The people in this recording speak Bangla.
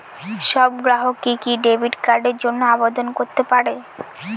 সব গ্রাহকই কি ডেবিট কার্ডের জন্য আবেদন করতে পারে?